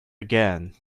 again